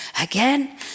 Again